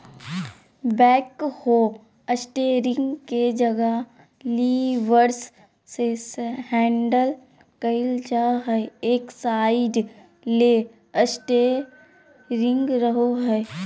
backhoe steering के जगह levers से हैंडल कइल जा हइ, एक साइड ले स्टेयरिंग रहो हइ